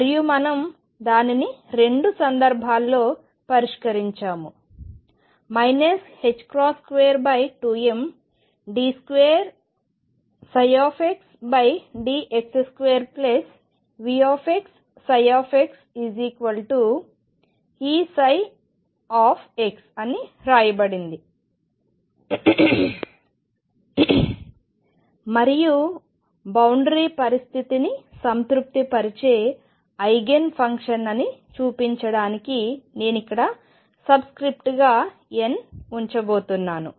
మరియు మనం దానిని రెండు సందర్భాలలో పరిష్కరించాము 22md2xdx2VxxEψ అని వ్రాయబడింది మరియు సరిహద్దు పరిస్థితిని సంతృప్తిపరిచే ఐగెన్ ఫంక్షన్ అని చూపించడానికి నేను ఇక్కడ సబ్స్క్రిప్ట్గా n ఉంచబోతున్నాను